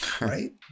right